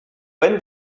when